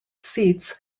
seats